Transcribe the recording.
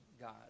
God